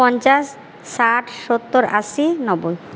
পঞ্চাশ ষাট সত্তর আশি নব্বই